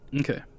Okay